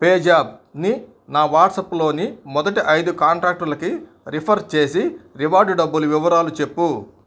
పేజాప్ని నా వాట్సాప్లోని మొదటి ఐదు కాంటాక్టులకి రిఫర్ చేసి రివార్డు డబ్బుల వివరాలు చెప్పు